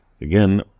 Again